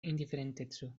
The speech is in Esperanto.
indiferenteco